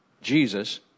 Jesus